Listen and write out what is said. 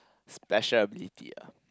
special ability ah